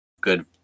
good